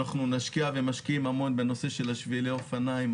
אנחנו נשקיע ומשקיעים המון בנושא של שבילי אופניים,